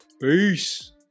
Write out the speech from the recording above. peace